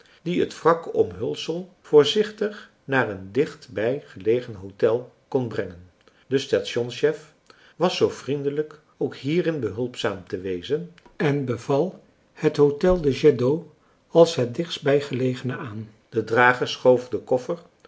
die het wrakke omhulsel voorzichtig naar een dichtbij gelegen hôtel kon brengen de stations chef was zoo vriendelijk ook hierin behulpzaam te wezen en beval het hôtel du jet d'eau als het dichtstbij gelegene aan de drager schoof den koffer